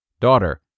Daughter